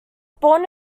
born